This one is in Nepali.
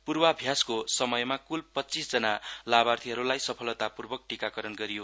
पूर्वाभ्यासको समयमा क्ल पच्चीस जना लाभार्थीलाई सफलतापूर्व टीकाकरण गरियो